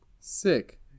sick